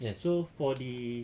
so for the